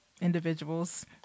individuals